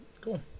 Cool